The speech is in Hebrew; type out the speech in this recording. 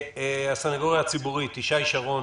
ישי שרון,